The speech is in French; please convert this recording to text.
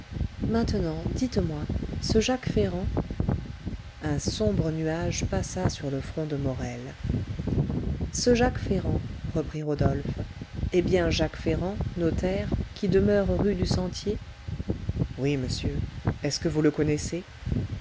maintenant dites-moi ce jacques ferrand un sombre nuage passa sur le front de morel ce jacques ferrand reprit rodolphe est bien jacques ferrand notaire qui demeure rue du sentier oui monsieur est-ce que vous le connaissez